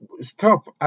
stop